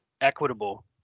equitable